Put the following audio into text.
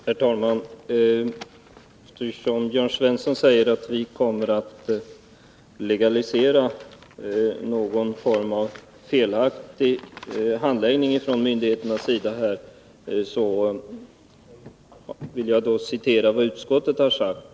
Herr talman! Jörn Svensson säger att vi kommer att legalisera någon form av felaktig handläggning från myndigheternas sida. Jag vill därför citera vad utskottet här har sagt.